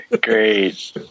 Great